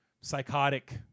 psychotic